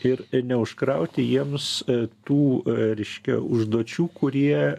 ir neužkrauti jiems tų reiškia užduočių kurie